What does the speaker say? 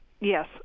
Yes